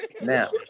Now